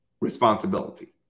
responsibility